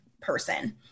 person